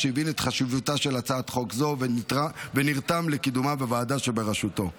שהבין את חשיבותה של הצעת חוק זו ונרתם לקידומה בוועדה בראשותו.